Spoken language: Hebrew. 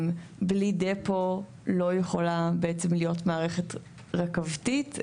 בלי דפו לא יכולה בעצם להיות מערכת רכבתית.